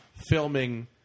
filming